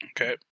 Okay